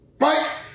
Right